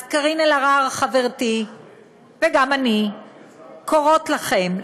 אז קארין אלהרר חברתי וגם אני קוראות לכם,